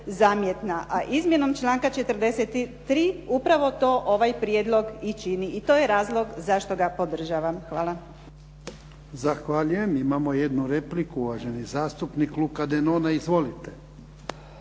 a izmjenom članka 43. upravo to ovaj prijedlog i čini i to je razlog zašto ga podržavam. Hvala. **Jarnjak, Ivan (HDZ)** Zahvaljujem. Imamo jednu repliku, uvaženi zastupnik Luka Denona. Izvolite.